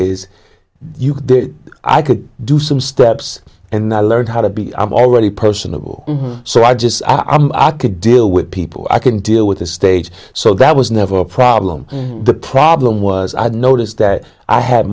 do i could do some steps and i learned how to be i'm already personable so i just could deal with people i can deal with this stage so that was never a problem the problem was i noticed that i had